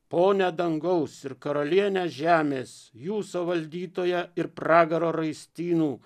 pone dangaus ir karalienė žemės jūsų valdytoja ir pragaro raistinų